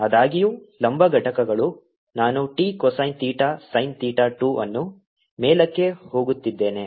ಆದಾಗ್ಯೂ ಲಂಬ ಘಟಕಗಳು ನಾನು t cosine theta sine theta 2 ಅನ್ನು ಮೇಲಕ್ಕೆ ಹೋಗುತ್ತಿದ್ದೇನೆ